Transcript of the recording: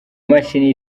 mashini